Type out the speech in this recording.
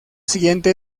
siguiente